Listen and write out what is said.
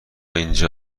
اینجا